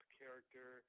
character